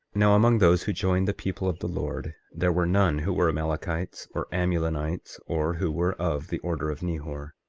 now, among those who joined the people of the lord, there were none who were amalekites or amulonites, or who were of the order of nehor,